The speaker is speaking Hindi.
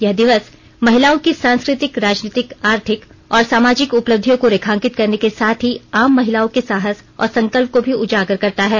यह दिवस महिलाओं की सांस कृ तिक राजनीतिक आर्थिक और सामाजिक उपलब्धियों को रेखांकित करने के साथ ही आम महिलाओं के साहस और संकल्प को भी उजागर करता है